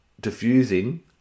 diffusing